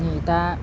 नै दा